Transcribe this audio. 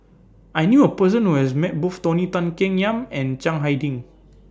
I knew A Person Who has Met Both Tony Tan Keng Yam and Chiang Hai Ding